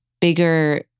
bigger-